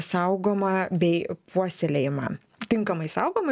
saugoma bei puoselėjama tinkamai saugoma